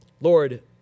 Lord